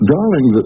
Darling